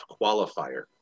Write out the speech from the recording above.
qualifier